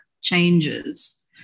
changes